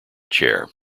chair